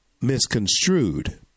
misconstrued